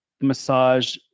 massage